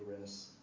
rest